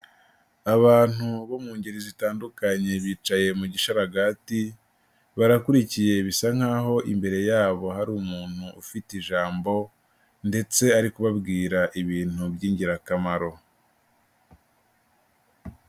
Abantu bo mu ngeri zitandukanye bicaye mu gisharagati, barakurikiye, bisa nkaho imbere yabo hari umuntu ufite ijambo ndetse ari kubabwira ibintu by'ingirakamaro.